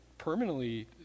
permanently